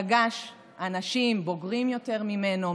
פגש אנשים מבוגרים יותר ממנו,